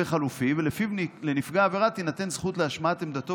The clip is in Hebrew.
שלפיו לנפגע העבירה תינתן זכות להשמעת עמדתו